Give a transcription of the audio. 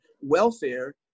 welfare